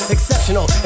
Exceptional